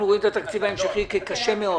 אנחנו רואים את התקציב ההמשכי כקשה מאוד.